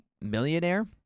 millionaire